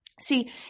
See